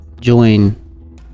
join